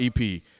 EP